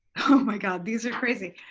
oh my god, these are crazy.